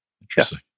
Interesting